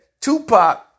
Tupac